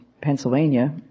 Pennsylvania